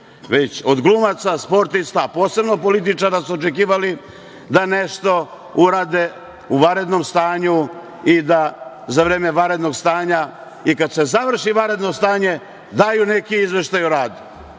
već od glumaca, sportista, a posebno političara su očekivali da nešto urade u vanrednom stanju i za vreme vanrednog stanja i kad se završe vanredno stanje da daju neki izveštaj o radu.